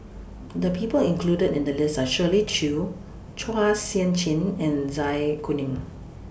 The People included in The list Are Shirley Chew Chua Sian Chin and Zai Kuning